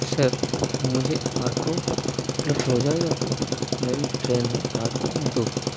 sir मुझे auto उपलब्ध हो जाएगा क्या मेरी ट्रेन है रात दो बजे